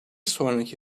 sonraki